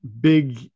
big